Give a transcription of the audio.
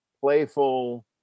playful